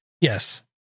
yes